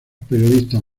periodistas